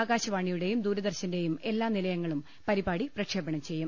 ആകാശവാണിയുടെയും ദൂരദർശന്റെയും എല്ലാ നിലയങ്ങളും പരിപാടി പ്രക്ഷേപണം ചെയ്യും